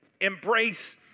embrace